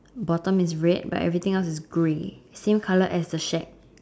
bottom is red but everything else is grey same colour as the shack